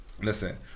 Listen